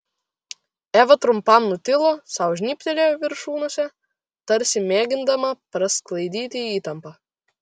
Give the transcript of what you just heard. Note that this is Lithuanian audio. eva trumpam nutilo sau žnybtelėjo viršunosę tarsi mėgindama prasklaidyti įtampą